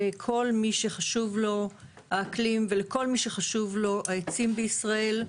לכל מי שחשוב לו האקלים ולכל מי שחשובים לו העצים בישראל,